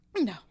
No